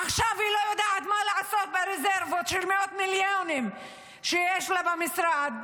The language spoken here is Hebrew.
עכשיו היא לא יודעת מה לעשות ברזרבות של מאות מיליונים שיש לה במשרד,